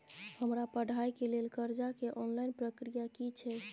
हमरा पढ़ाई के लेल कर्जा के ऑनलाइन प्रक्रिया की छै?